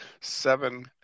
seven